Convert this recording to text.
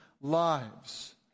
lives